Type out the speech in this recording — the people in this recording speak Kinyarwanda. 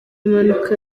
mpanuka